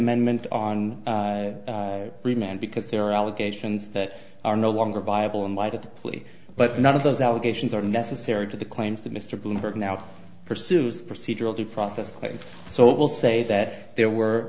amendment on remand because there are allegations that are no longer viable in light of the plea but none of those allegations are necessary to the claims that mr bloomberg now pursues procedural the process quite so it will say that there were